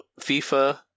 FIFA